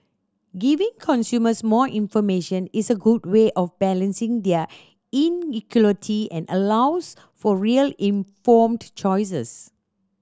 giving consumers more information is a good way of balancing there inequality and allows for real informed choices